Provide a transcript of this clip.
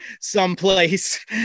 someplace